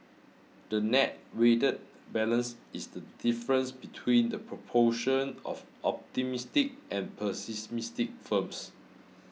the net weighted balance is the difference between the proportion of optimistic and pessimistic firms